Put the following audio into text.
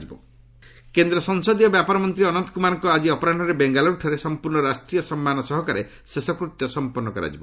revise Ananth Kumar କେନ୍ଦ୍ର ସଂସଦୀୟ ବ୍ୟାପାର ମନ୍ତ୍ରୀ ଅନନ୍ତ କୁମାରଙ୍କର ଆଜି ଅପରାହ୍ୱରେ ବେଙ୍ଗାଲୁରଠାରେ ସମ୍ପର୍ଶ୍ଣ ରାଷ୍ଟ୍ରୀୟ ସମ୍ମାନ ସହକାରେ ଶେଷକୃତ୍ୟ ସମ୍ପନ୍ ହେବ